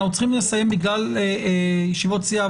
אנחנו צריכים לסיים בגלל ישיבות סיעה,